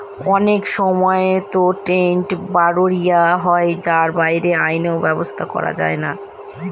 অনেক সময়তো trade barrier হয় যার বাইরে আইনি ব্যাবস্থা করা যায়না